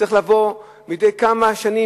צריכים לבוא מדי כמה שנים,